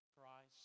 Christ